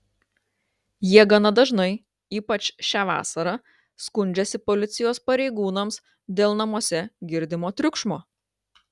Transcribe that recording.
jie gana dažnai ypač šią vasarą skundžiasi policijos pareigūnams dėl namuose girdimo triukšmo